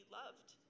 loved